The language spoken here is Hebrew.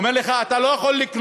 הוא אומר לך: אתה לא יכול לקנות